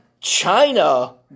China